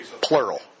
Plural